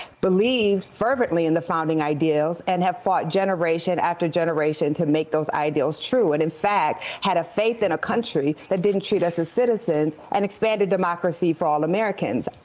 believed fervently in the founding ideas and have fought generation after generation to make those ideals true. and in fact, had a faith in a country that didn't treat us as citizens and expanded democracy for all americans.